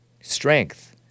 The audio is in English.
Strength